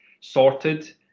sorted